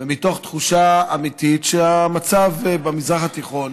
ומתוך תחושה אמיתית שהמצב במזרח התיכון